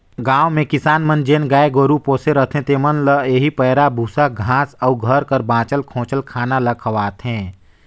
गाँव में किसान मन जेन गाय गरू पोसे रहथें तेमन ल एही पैरा, बूसा, घांस अउ घर कर बांचल खोंचल खाना ल खवाथें